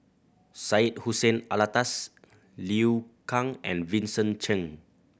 Syed Hussein Alatas Liu Kang and Vincent Cheng